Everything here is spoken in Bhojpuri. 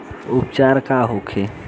उपचार का होखे?